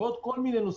ועוד נושאים.